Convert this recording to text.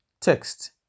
Text